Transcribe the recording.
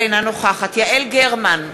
אינה נוכחת יעל גרמן,